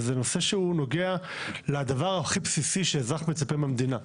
וזה נושא שנוגע לדבר הכי בסיסי שאזרח מצפה מהמדינה,